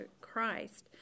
Christ